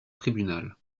tribunal